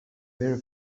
very